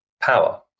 power